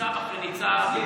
ניצב אחרי ניצב הטריד,